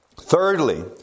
Thirdly